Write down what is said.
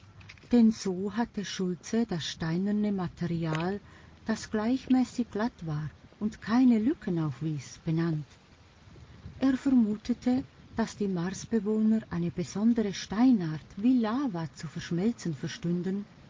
denn so hatte schultze das steinerne material das gleichmäßig glatt war und keine lücken aufwies benannt er vermutete daß die marsbewohner eine besondere steinart wie lava zu schmelzen verstünden